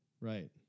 right